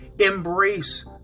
Embrace